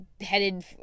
headed